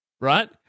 right